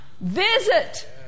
visit